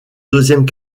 deuxième